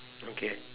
okay